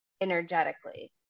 energetically